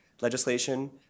legislation